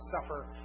suffer